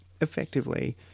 effectively